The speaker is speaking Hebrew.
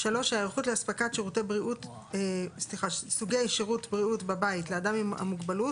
(3)ההיערכות לאספקת סוגי שירות בריאות בבית לאדם עם המוגבלות